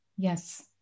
Yes